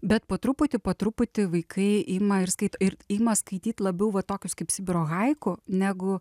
bet po truputį po truputį vaikai ima ir skaito ir ima skaityt labiau va tokius kaip sibiro haiku negu